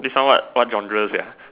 this one what what genre sia